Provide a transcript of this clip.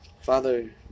Father